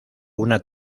una